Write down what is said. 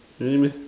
really meh